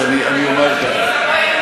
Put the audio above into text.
אם יש מקום שיש בו אפרטהייד זה הר-הבית.